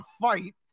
fight